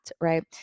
right